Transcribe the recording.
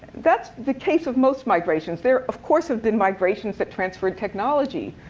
that's the case of most migrations. there, of course, have been migrations that transferred technology.